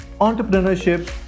entrepreneurship